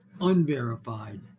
unverified